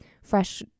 fresh